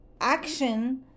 Action